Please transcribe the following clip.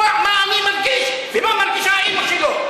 מה אני מרגיש ומה מרגישה האימא שלו.